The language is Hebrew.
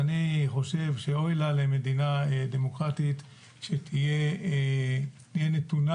ואני חושב שאוי לה למדינה דמוקרטית שתהיה נתונה